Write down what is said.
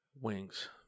Wings